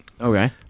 Okay